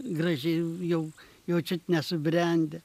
gražiai jau jau čiut nesubrendę